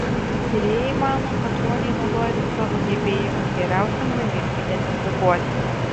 tyrėjai mano kad ruoniai naudojasi savo gebėjimu geriausiam laimikiui identifikuoti